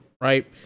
right